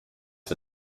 for